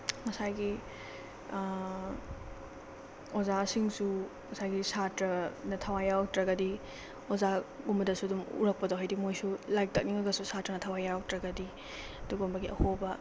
ꯉꯁꯥꯏꯒꯤ ꯑꯣꯖꯥꯁꯤꯡꯁꯨ ꯉꯁꯥꯏꯒꯤ ꯁꯥꯇ꯭ꯔꯥꯅ ꯊꯋꯥꯏ ꯌꯥꯎꯔꯛꯇ꯭ꯔꯒꯗꯤ ꯑꯣꯖꯥꯒꯨꯝꯕꯗꯁꯨ ꯑꯗꯨꯝ ꯎꯔꯛꯄꯗꯣ ꯍꯥꯏꯗꯤ ꯃꯣꯏꯁꯨ ꯂꯥꯏꯔꯤꯛ ꯇꯥꯛꯅꯤꯡꯉꯒꯁꯨ ꯁꯥꯇ꯭ꯔꯥꯅ ꯊꯋꯥꯏ ꯌꯥꯎꯔꯛꯇ꯭ꯔꯒꯗꯤ ꯑꯗꯨꯒꯨꯝꯕꯒꯤ ꯑꯍꯣꯕ